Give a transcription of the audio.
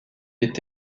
est